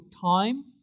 time